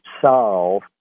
solve